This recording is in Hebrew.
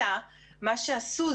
אלא מה שעשו,